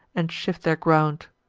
and shift their ground.